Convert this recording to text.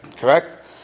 Correct